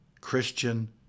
Christian